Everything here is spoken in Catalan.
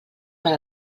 per